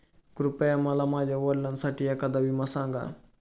कृपया मला माझ्या वडिलांसाठी एखादा विमा सांगा